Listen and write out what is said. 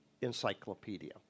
encyclopedia